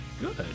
Good